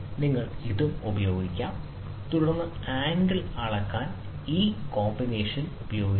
നിങ്ങൾക്ക് ഇതും ഉപയോഗിക്കാം തുടർന്ന് ആംഗിൾ അളക്കാൻ ഈ കോമ്പിനേഷൻ ഉപയോഗിക്കുക